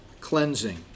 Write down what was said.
cleansing